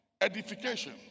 edification